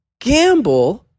gamble